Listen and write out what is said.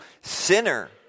sinner